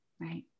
right